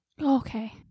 Okay